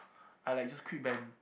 I like just quit band